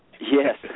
Yes